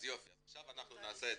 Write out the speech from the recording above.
נעשה זום,